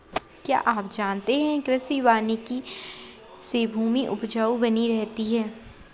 क्या आप जानते है कृषि वानिकी से भूमि उपजाऊ बनी रहती है?